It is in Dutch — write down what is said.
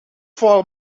vol